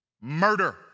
Murder